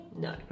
No